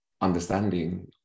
understanding